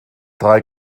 drei